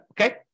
Okay